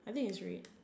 I think it's red